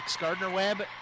Gardner-Webb